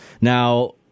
Now